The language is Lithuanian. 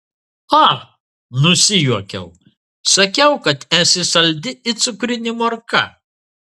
a nusijuokiau sakiau kad esi saldi it cukrinė morka